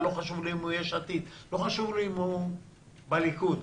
מיש עתיד או מהליכוד.